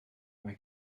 mae